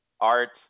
art